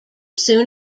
soon